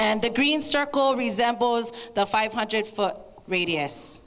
and the green circle resembles the five hundred foot radius